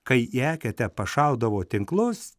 kai į eketę pašaudavo tinklus